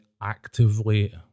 actively